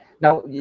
Now